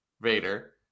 Vader